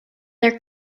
their